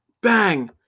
Bang